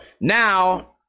Now